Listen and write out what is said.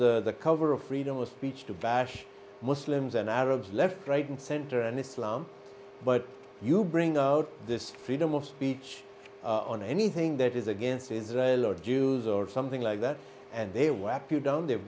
se the cover of freedom of speech to bash muslims and arabs left right and center and islam but you bring out this freedom of speech on anything that is against israel or jews or something like that and they